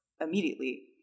immediately